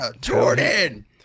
jordan